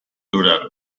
durán